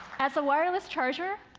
as a wireless charger,